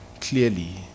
clearly